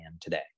today